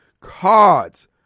cards